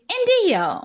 India